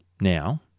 now